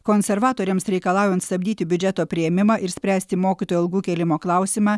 konservatoriams reikalaujant stabdyti biudžeto priėmimą ir spręsti mokytojų algų kėlimo klausimą